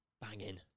banging